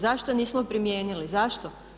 Zašto nismo primijenili, zašto?